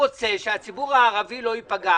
רוצה שהציבור הערבי לא ייפגע.